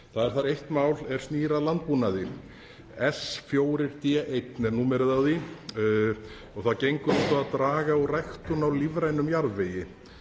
Þar er eitt mál er snýr að landbúnaði, S.4.D.1., er númerið á því og það gengur út á að draga úr ræktun á lífrænum jarðvegi.